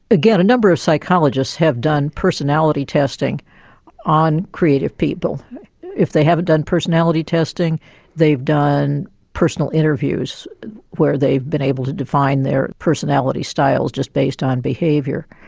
again a number of psychologists have done personality testing on creative people and if they haven't done personality testing they've done personal interviews where they've been able to define their personality styles just based on behaviour.